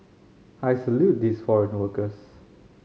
I salute these foreign workers